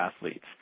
athletes